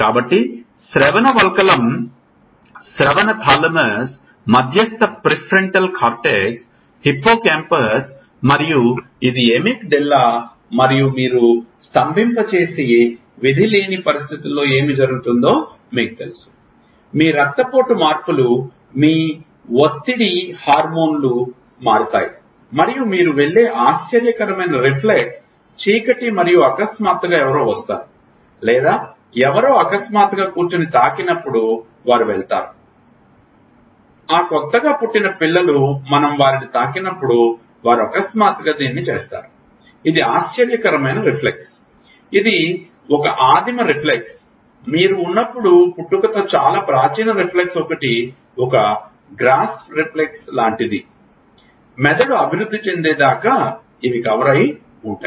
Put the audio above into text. కాబట్టి శ్రవణ వల్కలం శ్రవణ థాలమస్ మధ్యస్థ ప్రిఫ్రంటల్ కార్టెక్స్ హిప్పో క్యాంపస్ మరియు ఇది ఎమిక్ డెల్లా మరియు మీరు స్తంభింపజేసే విధిలేని పరిస్థితిలో ఏమి జరుగుతుందో మీకు తెలుసు మీ రక్తపోటు మార్పులు మీ ఒత్తిడి హార్మోన్లు మారుతాయి మరియు మీరు వెళ్ళే ఆశ్చర్యకరమైన రిఫ్లెక్స్ చీకటి మరియు అకస్మాత్తుగా ఎవరో వస్తారు లేదా ఎవరో అకస్మాత్తుగా కూర్చుని తాకినప్పుడు వారు వెళ్తారు ఆ కొత్తగా పుట్టిన పిల్లలు మనం వారిని తాకినప్పుడు వారు అకస్మాత్తుగా దీన్ని చేస్తారు ఇది ఆశ్చర్యకరమైన రిఫ్లెక్స్ ఇది ఒక ఆదిమ రిఫ్లెక్స్ మీరు ఉన్నప్పుడు పుట్టుకతో చాలా ప్రాచీన రిఫ్లెక్స్ ఒకటి ఒక గ్రాస్ఫ్ రిఫ్లెక్స్ లాంటిది మెదడు అభివృద్ధి చెందే దాకా ఇవి కవర్ అయి ఉంటాయి